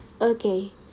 Okay